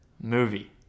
movie